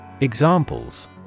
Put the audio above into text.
Examples